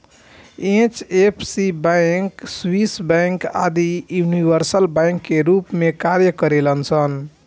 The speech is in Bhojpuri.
एच.एफ.सी बैंक, स्विस बैंक आदि यूनिवर्सल बैंक के रूप में कार्य करेलन सन